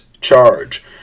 charge